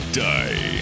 die